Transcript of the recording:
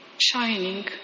shining